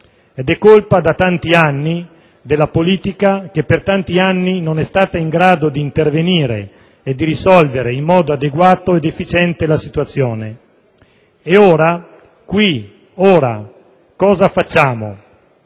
ed è colpa della politica che per tanti anni non è stata in grado di intervenire e di risolvere in modo adeguato ed efficiente la situazione. Ed ora, qui, cosa facciamo?